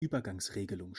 übergangsregelung